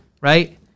Right